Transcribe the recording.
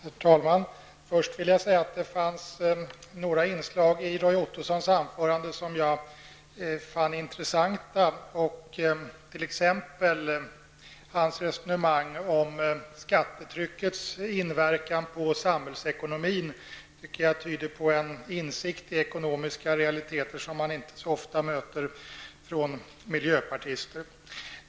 Herr talman! Först vill jag säga att det fanns några inslag i Roy Ottossons anförande som jag fann intressanta, t.ex. hans resonemang om skattetryckets inverkan på samhällsekonomin. Det tyder på en insikt i ekonomiska realiteter som man inte möter så ofta hos miljöpartister.